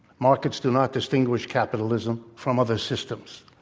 markets do not distinguish capitalism from other systems.